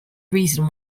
reason